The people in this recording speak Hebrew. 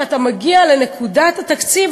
כשאתה מגיע לנקודת התקציב,